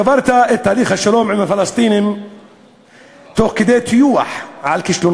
קברת את תהליך השלום עם הפלסטינים תוך כדי טיוח כישלונך,